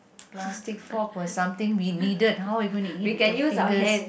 plastic fork or something we needed how are you going to eat with your fingers